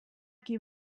qui